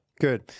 good